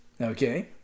Okay